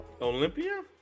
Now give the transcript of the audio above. Olympia